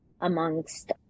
amongst